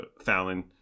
Fallon